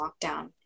lockdown